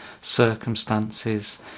circumstances